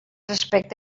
respecte